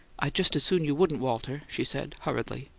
i'd just as soon you wouldn't, walter, she said, hurriedly.